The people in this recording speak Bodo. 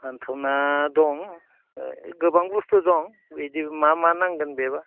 लेन्थना दं गोबां बुस्थु दं बिदि मा मा नांगोन बेबा